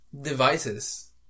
devices